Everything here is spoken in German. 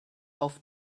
auf